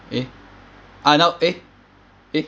eh uh now eh eh